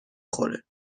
خوره